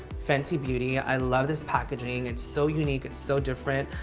fenty beauty. i love this packaging. it's so unique, it's so different.